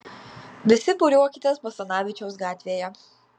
visi būriuokitės basanavičiaus gatvėje